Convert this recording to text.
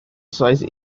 size